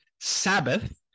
Sabbath